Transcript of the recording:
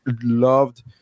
loved